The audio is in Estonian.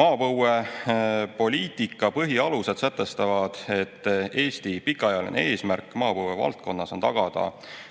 Maapõuepoliitika põhialused sätestavad, et Eesti pikaajaline eesmärk maapõuevaldkonnas on tagada